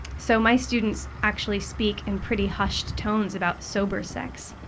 so my students actually speak in pretty hushed tones about sober sex.